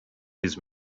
his